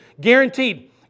guaranteed